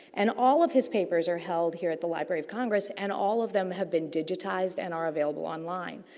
and, all of his papers are held here at the library of congress and all of them have been digitized and are available online.